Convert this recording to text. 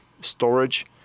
storage